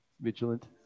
vigilant